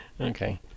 Okay